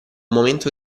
momento